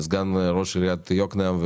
סגן ראש עיריית יקנעם,